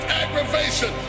aggravation